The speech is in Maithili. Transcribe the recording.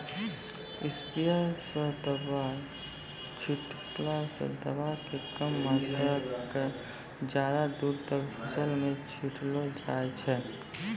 स्प्रेयर स दवाय छींटला स दवाय के कम मात्रा क ज्यादा दूर तक फसल मॅ छिटलो जाय छै